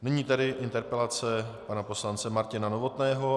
Nyní tedy interpelace pana poslance Martina Novotného.